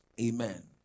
Amen